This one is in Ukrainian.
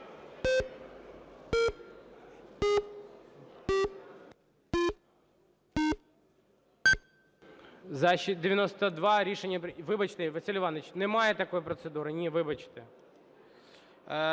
Вибачте, Василь Іванович, немає такої процедури. Ні, вибачте.